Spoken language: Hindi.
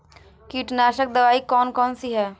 कीटनाशक दवाई कौन कौन सी हैं?